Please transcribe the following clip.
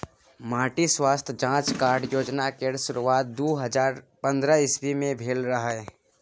माटि स्वास्थ्य जाँच कार्ड योजना केर शुरुआत दु हजार पंद्रह इस्बी मे भेल रहय